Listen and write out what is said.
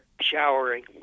showering